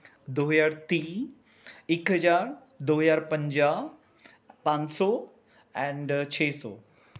ਦੋ ਹਜ਼ਾਰ ਤੀਹ ਇੱਕ ਹਜ਼ਾਰ ਦੋ ਹਜ਼ਾਰ ਪੰਜਾਹ ਪੰਜ ਸੌ ਐਂਡ ਛੇ ਸੌ